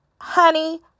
honey